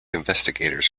investigators